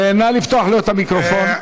נא לפתוח לו את המיקרופון.